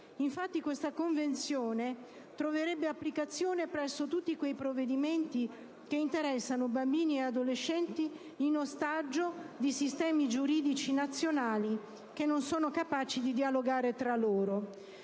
Infatti, questa Convenzione troverebbe applicazione per tutti quei provvedimenti che interessano bambini e adolescenti in ostaggio di sistemi giuridici nazionali che non sono capaci di dialogare tra loro.